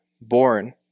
born